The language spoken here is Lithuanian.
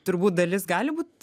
turbūt dalis gali būt